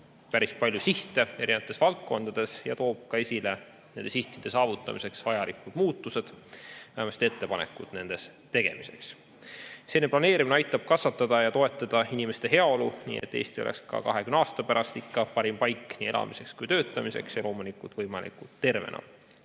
päris palju sihte eri valdkondades ja toob esile ka nende sihtide saavutamiseks vajalikud muutused, vähemasti ettepanekud nende tegemiseks. Selline planeerimine aitab kasvatada ja toetada inimeste heaolu, nii et Eesti oleks ka 20 aasta pärast ikka parim paik nii elamiseks kui ka töötamiseks ja loomulikud võimalikult tervena